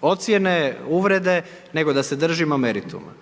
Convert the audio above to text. ocjene, uvrede nego da se držimo merituma.